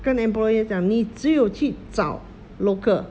跟 employer 讲你只有去找 local